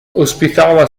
ospitava